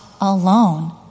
alone